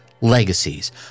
legacies